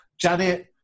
janet